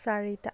চাৰিটা